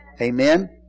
Amen